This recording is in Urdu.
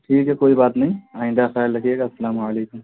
ٹھیک ہے کوئی بات نہیں آئندہ خیال رکھیے گا السلام علیکم